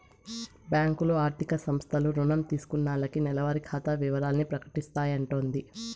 బ్యాంకులు, ఆర్థిక సంస్థలు రుణం తీసుకున్నాల్లకి నెలవారి ఖాతా ఇవరాల్ని ప్రకటిస్తాయంటోది